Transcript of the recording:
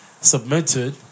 Submitted